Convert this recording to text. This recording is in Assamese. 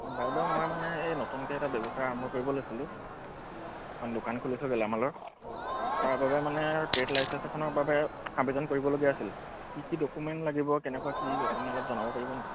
অঁ বাইদেউ মই মানে এই নতুনকৈ এটা ব্যৱসায় আৰম্ভ কৰিব লৈছিলোঁ এখন দোকান খুলিছোঁ গেলামালৰ তাৰ বাবে মানে ট্ৰেড লাইচেঞ্চ এখনৰ বাবে আৱেদন কৰিবলগীয়া আছিল কি কি ডকুমেণ্ট লাগিব কেনেকুৱা কি আপুনি অলপ জনাব পাৰিব নেকি